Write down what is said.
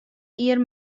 jier